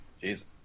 Jesus